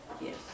yes